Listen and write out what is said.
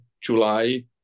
July